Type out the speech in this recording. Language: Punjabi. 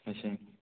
ਅੱਛਾ ਜੀ